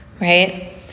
right